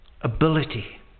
ability